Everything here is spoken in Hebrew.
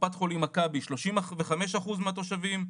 בקופת חולים מכבי 35% מהתושבים,